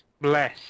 Bless